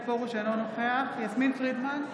אינו נוכח יסמין פרידמן,